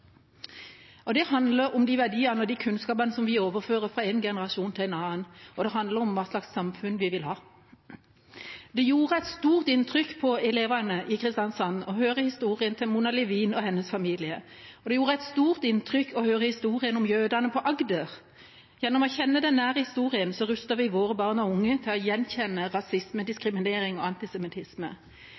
holdninger. Det handler om de verdiene og den kunnskapen vi overfører fra en generasjon til en annen, og det handler om hva slags samfunn vi vil ha. Det gjorde et stort inntrykk på elevene i Kristiansand å høre historien til Mona Levin og hennes familie. Og det gjorde et stort inntrykk å høre historien om jødene i Agder. Gjennom å kjenne den nære historien ruster vi våre barn og unge til å gjenkjenne rasisme, diskriminering og antisemittisme.